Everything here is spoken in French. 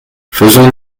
faisons